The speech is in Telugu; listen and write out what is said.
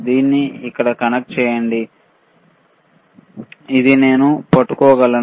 దీన్ని ఇక్కడ కనెక్ట్ చేయండి ఇది నేను పట్టుకోగలను